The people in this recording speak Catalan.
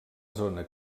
zona